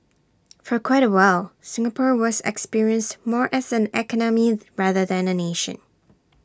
for quite A while Singapore was experienced more as an economy rather than A nation